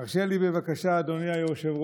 תרשה לי, בבקשה, אדוני היושב-ראש,